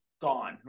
gone